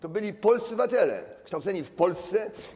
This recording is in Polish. To byli polscy obywatele, kształceni w Polsce.